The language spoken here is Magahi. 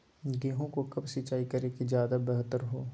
गेंहू को कब सिंचाई करे कि ज्यादा व्यहतर हो?